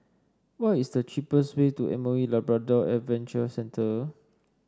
what is the cheapest way to M O E Labrador Adventure Centre